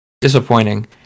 disappointing